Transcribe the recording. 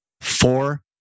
four